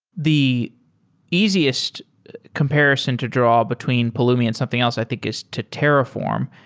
the easiest comparison to draw between pulumi and something else i think is to terraform.